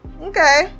okay